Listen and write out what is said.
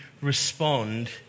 respond